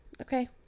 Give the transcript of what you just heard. Okay